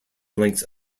links